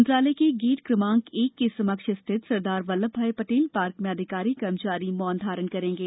मंत्रालय के गेट क्रमांक एक के समक्ष स्थित सरदार वल्लभ भाई पटेल पार्क में अधिकारी कर्मचारी मौन धारण करेंगे